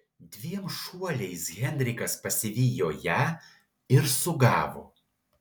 dviem šuoliais henrikas pasivijo ją ir sugavo